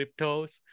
cryptos